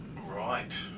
right